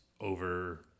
over